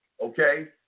okay